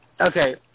Okay